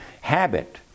habit